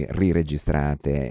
riregistrate